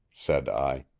said i.